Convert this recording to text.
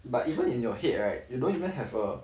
but even in your head right you don't even have a